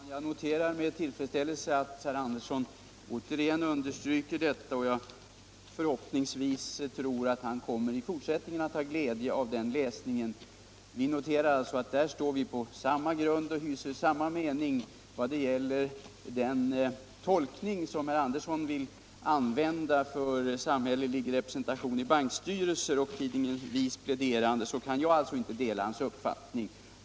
Herr talman! Jag noterar med tillfredsställelse att herr Andersson i Örebro återigen understryker de här uttalandena, och jag hoppas att han också i fortsättningen kommer att ha glädje av att läsa tidningen Vi. Här står vi på samma grund och hyser samma mening. Vad gäller den tolkning som herr Andersson vill göra i fråga om samhällelig representation i bankstyrelser och pläderingen i tidningen Vi, så kan jag inte dela hans uppfattning.